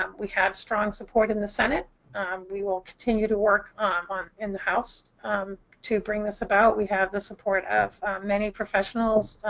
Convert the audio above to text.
um we have strong support in the senate we will continue to work um um in the house to bring this about. we have the support of many professionals,